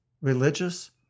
religious